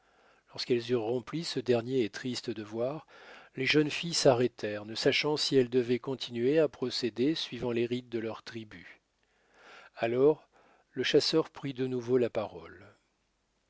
lorsqu'elles eurent rempli ce dernier et triste devoir les jeunes filles s'arrêtèrent ne sachant si elles devaient continuer à procéder suivant les rites de leur tribu alors le chasseur prit de nouveau la parole